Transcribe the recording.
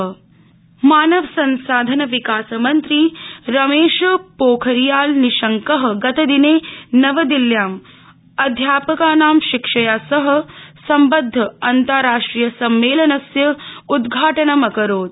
पोखरियाल मानव संसाधन विकासमंत्री रमेश पोखरियाल निशक गतदिने नवदिल्ल्यां अध्यापकानां शिक्षया सह संबद्ध अन्ताराष्ट्रीय सम्मेलनस्य उद्घाटनं अकरोत्